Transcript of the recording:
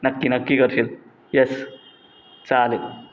नक्की नक्की करशील येस चालेल